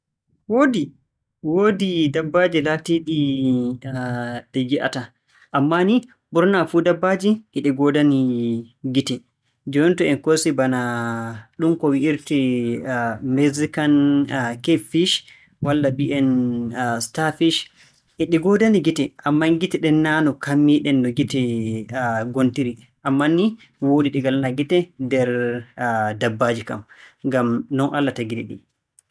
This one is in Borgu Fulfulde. Hmn, ko mbi'ay-maa-mi ɗo'o kam, a yi'ii no leydi meeɗen Naajeeriya jooni woniri, haala heɓuki gollal kam walla mi wi'a kuugal ko huunde saatnde. Boo mi anndi gila timmin-ɗaa jannde maaɗa walaa bi'uɗo ngaddaa ɗereeji maaɗa. So jooni ko ɓuranta ma tefa wonngol laawol ngol aan mballata hoore maaɗa, yalla ngomnati hokkaayi ma gollal. Misaalu foti a naata ndemri, nden mi anndi a yiɗi dabbaaji, ko haɗta a naata durngol dabbaaji ngam mbotoo-ɗaa.